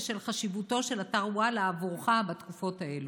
בשל חשיבותו של אתר וואלה עבורך בתקופות אלו.